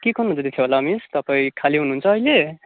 के गर्नु हुँदैथ्यो होला मिस तपाईँ खालि हुनु हुन्छ अहिले